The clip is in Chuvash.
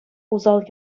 усал